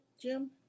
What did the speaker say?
Jim